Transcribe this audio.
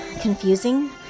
confusing